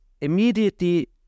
immediately